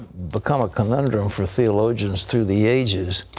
become a conundrum for theologians through the ages.